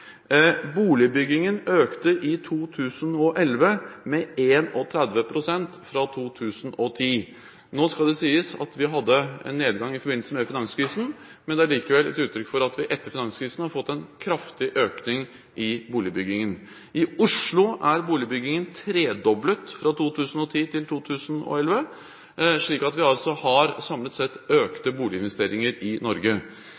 Boligbyggingen økte i 2011 med 31 pst. fra 2010. Nå skal det sies at vi hadde en nedgang i forbindelse med finanskrisen, men det er likevel et uttrykk for at vi etter finanskrisen har fått en kraftig økning i boligbyggingen. I Oslo er boligbyggingen tredoblet fra 2010 til 2011, slik at vi samlet sett har økte boliginvesteringer i Norge.